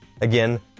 Again